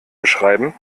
beschreiben